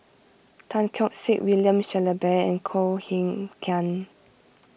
Tan Keong Saik William Shellabear and Koh Eng Kian